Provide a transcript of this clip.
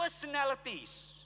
personalities